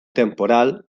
temporal